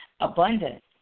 abundance